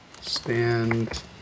Stand